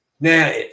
Now